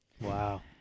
Wow